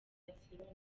barcelona